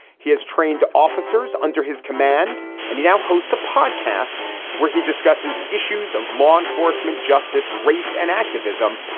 he has trained officers under his command and he now hosts a podcast where he discusses issues of law enforcement, justice, race and activism.